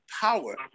power